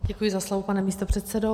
Děkuji za slovo, pane místopředsedo.